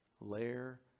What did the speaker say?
layer